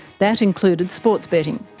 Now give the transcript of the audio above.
that included sports betting.